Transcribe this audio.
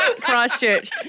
Christchurch